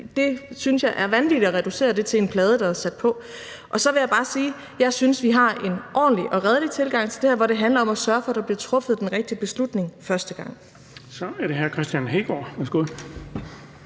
Det synes jeg er vanvittigt at reducere til en plade, der er sat på. Så vil jeg bare sige, at jeg synes, at vi har en ordentlig og redelig tilgang til det her, hvor det handler om at sørge for, at der bliver truffet den rigtige beslutning første gang. Kl. 17:10 Den fg.